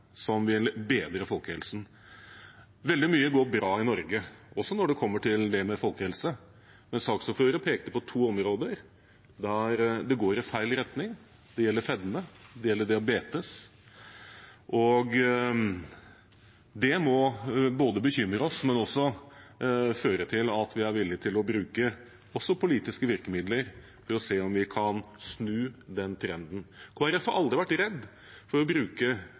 som vil bedre folkehelsen. Veldig mye går bra i Norge, også når det kommer til det med folkehelse, men saksordføreren pekte på to områder der det går i feil retning. Det gjelder fedme, og det gjelder diabetes. Det må ikke bare bekymre oss, men også føre til at vi er villig til å bruke også politiske virkemidler for å se om vi kan snu den trenden. Kristelig Folkeparti har aldri vært redd for å bruke